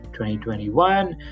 2021